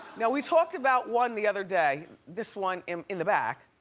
now we talked about one the other day. this one in in the back.